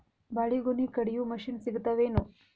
ಬಾಳಿಗೊನಿ ಕಡಿಯು ಮಷಿನ್ ಸಿಗತವೇನು?